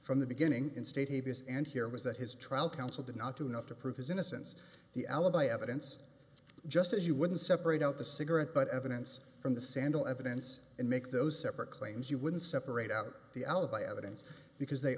from the beginning in state habeas and here was that his trial counsel did not do enough to prove his innocence the alibi evidence just as you would separate out the cigarette butt evidence from the sandal evidence and make those separate claims you wouldn't separate out the alibi evidence because they